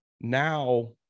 now